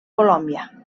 colòmbia